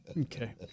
Okay